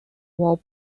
wall